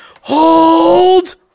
hold